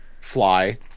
fly